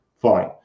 Fine